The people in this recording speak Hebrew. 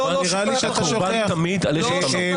אתה קורבן תמיד על אש קטנה.